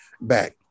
back